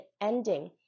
ending